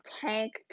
tank